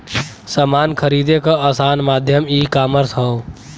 समान खरीदे क आसान माध्यम ईकामर्स हौ